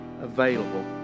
available